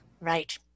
right